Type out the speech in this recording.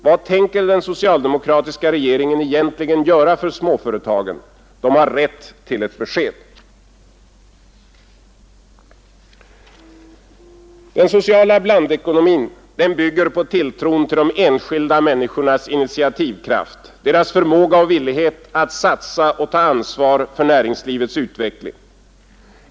Vad tänker den socialdemokratiska regeringen egentligen göra för småföretagen? De har rätt till ett besked. Den socialliberala blandekonomin bygger på tilltron till de enskilda människornas initiativkraft, deras förmåga och villighet att satsa och ta ansvar för näringslivets utveckling.